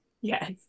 yes